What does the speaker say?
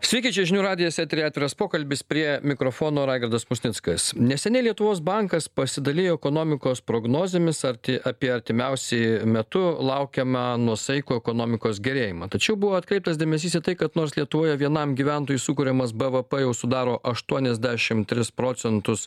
sveiki čia žinių radijas eteryje atviras pokalbis prie mikrofono raigardas musnickas neseniai lietuvos bankas pasidalijo ekonomikos prognozėmis arti apie artimiausiu metu laukiamą nuosaikų ekonomikos gerėjimą tačiau buvo atkreiptas dėmesys į tai kad nors lietuvoje vienam gyventojui sukuriamas bvp sudaro aštuoniasdešimt tris procentus